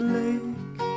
lake